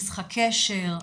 משחקשר,